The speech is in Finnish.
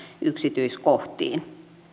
yksityiskohtiin